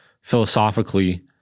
philosophically